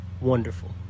wonderful